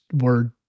word